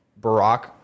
Barack